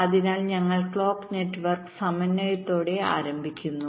അതിനാൽ ഞങ്ങൾ clock network സമന്വയത്തോടെ ആരംഭിക്കുന്നു